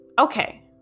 okay